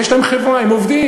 יש להם חברה, הם עובדים.